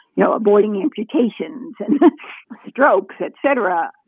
you know, avoiding amputations and strokes, et cetera,